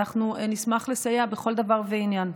אנחנו נשמח לסייע בכל דבר ועניין.